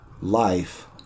life